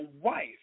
wife